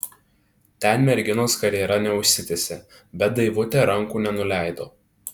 ten merginos karjera neužsitęsė bet daivutė rankų nenuleido